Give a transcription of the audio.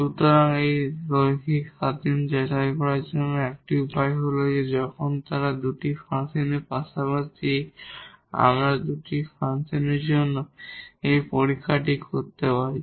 সুতরাং এটি linear independent যাচাই করার 1 টি উপায় হল যখন তারা দুটি ফাংশনের পাশাপাশি আমরা এই দুটি ফাংশনের জন্য এই পরীক্ষাটি করতে পারি